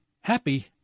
happy